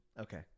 Okay